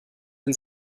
den